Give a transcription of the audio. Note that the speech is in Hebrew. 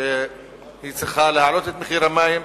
שהיא צריכה להעלות את מחיר המים.